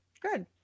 Good